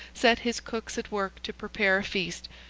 set his cooks at work to prepare a feast,